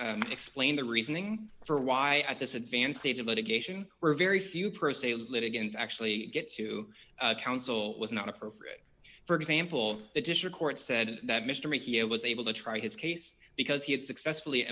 explain the reasoning for why at this advanced stage of litigation or very few pro se litigants actually get to counsel was not appropriate for example the district court said that mr makiya was able to try his case because he had successfully